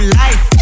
life